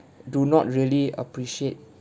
do not really appreciate